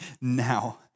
now